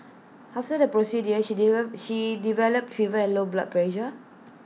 after the procedure she develop she developed fever and low blood pressure